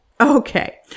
Okay